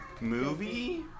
movie